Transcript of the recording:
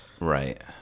Right